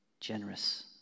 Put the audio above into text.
generous